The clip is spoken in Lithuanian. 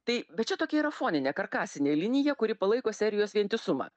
tai bet čia tokia yra foninė karkasinė linija kuri palaiko serijos vientisumą